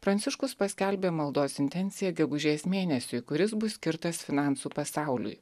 pranciškus paskelbė maldos intenciją gegužės mėnesiui kuris bus skirtas finansų pasauliui